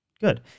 good